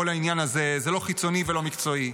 כל העניין הזה, זה לא חיצוני ולא מקצועי.